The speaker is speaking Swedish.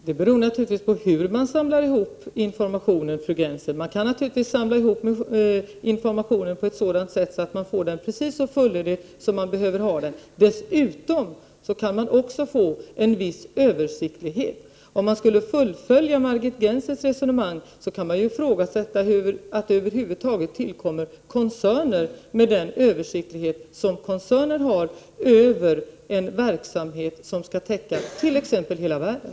Herr talman! Det beror naturligtvis på hur man samlar ihop informationen, fru Gennser. Man kan naturligtvis samla ihop informationen på ett sådant sätt att man får den precis så fullödig som man behöver ha den. Dessutom kan man få en viss översiktlighet. Om man skulle fullfölja Margit Gennsers resonemang kan man ju ifrågasätta den utveckling som innebär att det uppkommer koncerner, med den översikt som koncernen har över en verksamhet som t.ex. skall täcka hela världen.